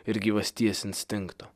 ir gyvasties instinkto